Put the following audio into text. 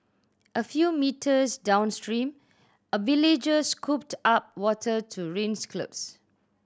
a few metres downstream a villager scooped up water to rinse cloth